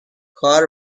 کار